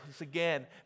again